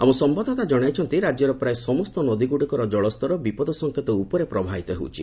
ଆମ ସମ୍ଭାଦଦାତା ଜଣାଇଛନ୍ତି ରାଜ୍ୟର ପ୍ରାୟ ସମସ୍ତ ନଦୀଗୁଡ଼ିକର କଳସ୍ତର ବିପଦସଙ୍କେତ ଉପରେ ପ୍ରବାହିତ ହେଉଛି